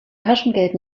taschengeld